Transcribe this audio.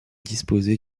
disposer